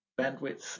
bandwidth